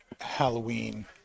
halloween